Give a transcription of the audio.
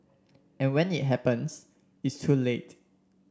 and when it happens it's too late